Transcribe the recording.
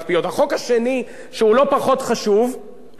לא פחות חשוב,